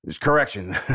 Correction